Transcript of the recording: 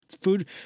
Food